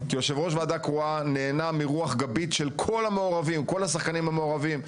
כי יושב ראש ועדה קרואה נהנה מרוח גבית של כל השחקנים המעורבים,